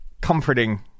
comforting